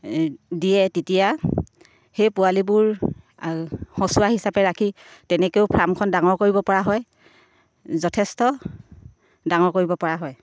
দিয়ে তেতিয়া সেই পোৱালিবোৰ সঁচুৱা হিচাপে ৰাখি তেনেকৈও ফাৰ্মখন ডাঙৰ কৰিব পৰা হয় যথেষ্ট ডাঙৰ কৰিব পৰা হয়